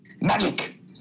magic